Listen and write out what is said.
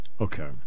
Okay